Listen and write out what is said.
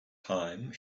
time